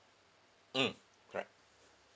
mm correct